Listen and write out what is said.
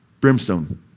brimstone